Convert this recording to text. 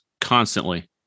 constantly